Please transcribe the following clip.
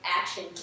action